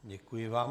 Děkuji vám.